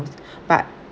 but